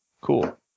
cool